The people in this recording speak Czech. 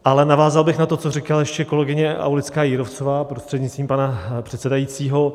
Ale navázal bych na to, co říkala ještě kolegyně Aulická Jírovcová, prostřednictvím pana předsedajícího.